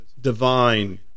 divine